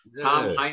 Tom